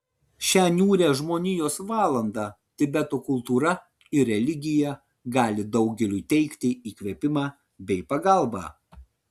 šią niūrią žmonijos valandą tibeto kultūra ir religija gali daugeliui teikti įkvėpimą bei pagalbą